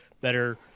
better